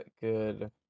good